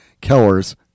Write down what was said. Keller's